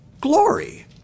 glory